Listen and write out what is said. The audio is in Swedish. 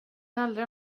allra